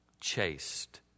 chaste